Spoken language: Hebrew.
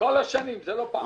כל השנים, זה לא פעם ראשונה.